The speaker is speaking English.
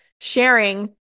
sharing